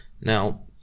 Now